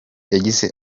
yagize